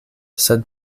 sed